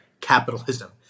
capitalism